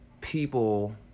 people